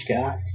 guys